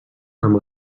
amb